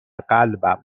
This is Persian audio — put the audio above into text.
قلبم